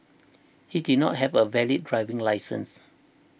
he did not have a valid driving licence